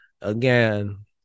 Again